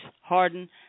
harden